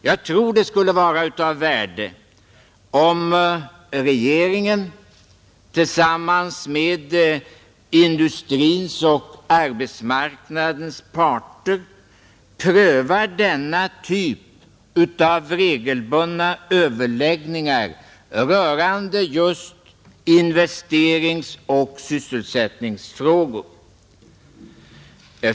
Jag tror det skulle vara av värde om regeringen tillsammans med industrins och arbetsmarknadens parter prövade denna typ av regelbundna överläggningar rörande just investeringsoch sysselsättningsfrågor.